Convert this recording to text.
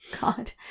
god